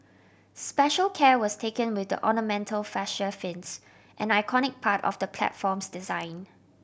special care was taken with the ornamental fascia fins an iconic part of the platform's design